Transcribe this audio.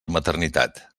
maternitat